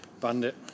Bandit